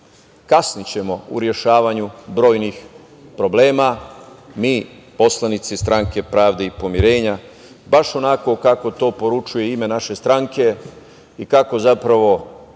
kasnićemo u rešavanju brojnih problema. Mi poslanici Stranke pravde i pomirenja, baš onako kako to poručuje ime naše stranke, i kako zapravo